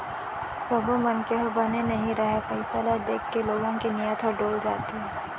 सब्बो मनखे ह बने नइ रहय, पइसा ल देखके लोगन के नियत ह डोल जाथे